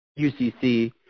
UCC